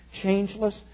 changeless